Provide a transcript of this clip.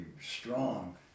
strong